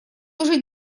уже